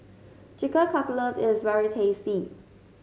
Chicken Cutlet is very tasty